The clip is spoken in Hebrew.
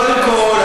קודם כול,